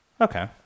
Okay